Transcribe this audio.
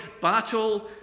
battle